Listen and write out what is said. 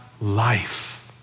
life